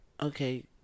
Okay